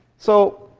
so